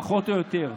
פחות או יותר,